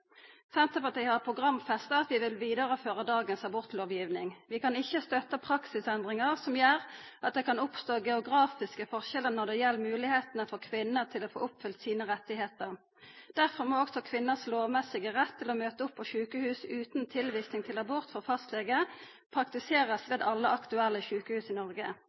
Senterpartiet har vi programfesta at vi vil føra vidare dagens abortlovgiving. Vi kan ikkje støtta praksisendringar som gjer at det kan oppstå geografiske forskjellar når det gjeld moglegheitene for kvinner til å få oppfylt sine rettar. Derfor må òg kvinners lovmessige rett til å møta opp på sjukehus utan tilvising til abort frå fastlege verta praktisert ved alle aktuelle sjukehus i Noreg.